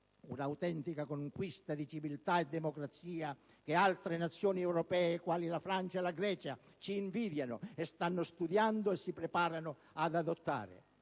un'autentica conquista di civiltà e democrazia che altre nazioni europee quali Francia e Grecia ci invidiano, stanno studiando e si preparano ad adottare